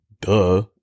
Duh